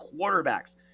quarterbacks